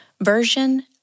version